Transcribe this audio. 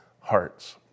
hearts